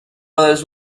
others